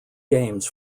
games